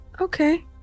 okay